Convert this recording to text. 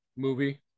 movie